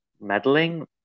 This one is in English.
meddling